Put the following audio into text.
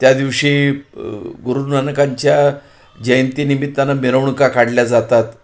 त्या दिवशी गुरुनानकांच्या जयंती निमित्तानं मिरवणुका काढल्या जातात